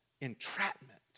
entrapment